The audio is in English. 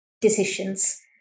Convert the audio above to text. decisions